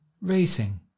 Racing